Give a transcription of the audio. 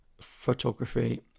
photography